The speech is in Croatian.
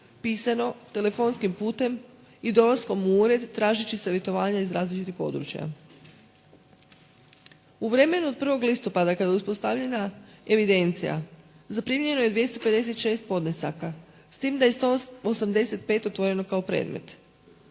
pisano, telefonskim putem i dolaskom u ured tražeći savjetovanja iz različitih područja. U vremenu od 1. listopada kada je uspostavljena evidencija, zaprimljeno je 256 podnesaka s tim da je 185 otvoreno kao predmet.